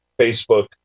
facebook